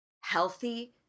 healthy